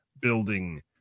building